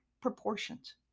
proportions